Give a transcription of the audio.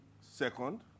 second